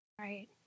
Right